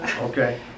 Okay